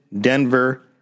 Denver